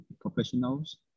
professionals